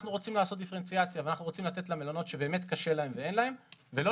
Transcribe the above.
אנחנו רוצים לתת למלונות שקשה להם ואין להם ולא